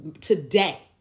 today